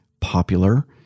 popular